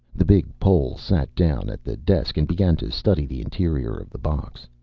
the big pole sat down at the desk and began to study the interior of the box.